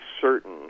certain